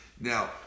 now